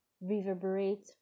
reverberate